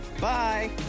Bye